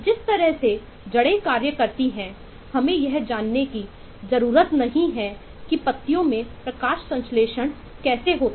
जिस तरह से जड़ें कार्य करती हैं हमें यह जानने की जरूरत नहीं है कि पत्तियों में प्रकाश संश्लेषण कैसे होता है